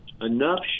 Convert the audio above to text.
enough